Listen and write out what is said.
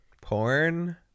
Porn